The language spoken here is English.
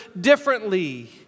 differently